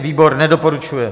Výbor nedoporučuje.